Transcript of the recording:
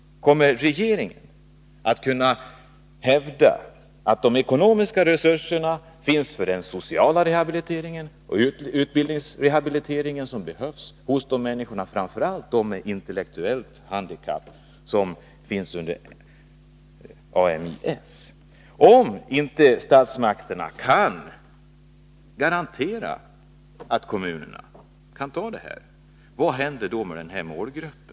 Kommer regeringen att kunna hävda att de ekonomiska resurserna finns för den sociala rehabilitering och utbildningsrehabilitering som behövs bland de människor, framför allt de med intellektuellt handikapp, som finns under Ami-S? Om statsmakterna inte kan garantera att kommunerna kan ta hand om de här, vad händer då med denna målgrupp?